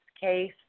case